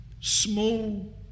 small